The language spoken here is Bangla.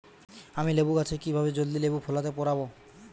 আমি লেবু গাছে কিভাবে জলদি লেবু ফলাতে পরাবো?